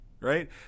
right